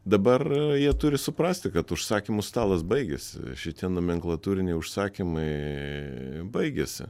dabar jie turi suprasti kad užsakymų stalas baigėsi šitie nomenklatūriniai užsakymai baigėsi